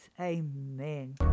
amen